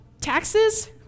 Taxes